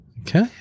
Okay